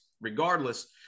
Regardless